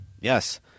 Yes